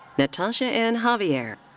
natasha n. javier.